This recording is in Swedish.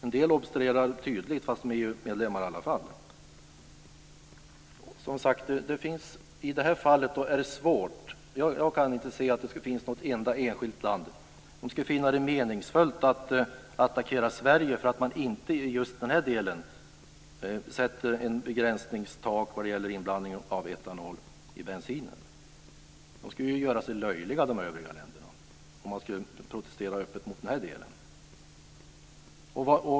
En del obstruerar tydligt fast de är EU-medlemmar i alla fall. Jag kan inte se att det skulle finnas ett enda enskilt land som skulle finna det meningsfullt att attackera Sverige för att man inte i just den här delen sätter ett begränsningstak vad gäller inblandningen av etanol i bensin. De övriga länderna skulle ju göra sig löjliga om de skulle protestera öppet mot detta.